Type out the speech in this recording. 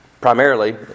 primarily